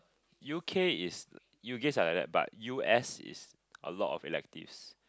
U_K is U_K is like that but U_S is a lot of electives